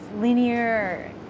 linear